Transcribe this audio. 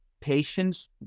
patients